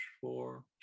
four